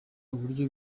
uburyo